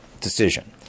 decision